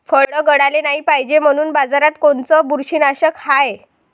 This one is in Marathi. फळं गळाले नाही पायजे म्हनून बाजारात कोनचं बुरशीनाशक हाय?